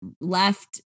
left